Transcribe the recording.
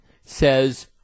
says